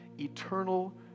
eternal